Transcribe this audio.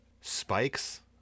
spikes